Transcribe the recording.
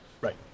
right